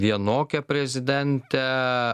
vienokią prezidentę